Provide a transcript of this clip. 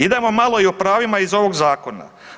Idemo malo i o pravim iz ovog zakona.